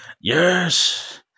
Yes